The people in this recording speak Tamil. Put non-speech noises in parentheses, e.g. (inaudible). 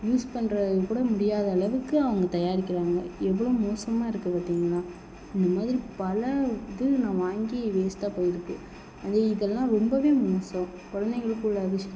யூஸ் பண்ணுறதுக்கு கூட முடியாத அளவுக்கு அவங்க தயாரிக்கிறாங்க எவ்வளோ மோசமாக இருக்குது பார்த்தீங்களா இந்த மாதிரி பல இது நான் வாங்கி வேஸ்ட்டாக போயிருக்குது அது இதெல்லாம் ரொம்பவே மோசம் குழந்தைங்களுக்கு உள்ள (unintelligible)